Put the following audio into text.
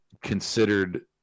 considered